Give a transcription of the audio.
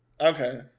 Okay